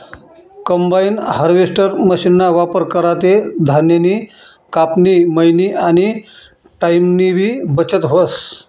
combine harvester मशीनना वापर करा ते धान्यनी कापनी, मयनी आनी टाईमनीबी बचत व्हस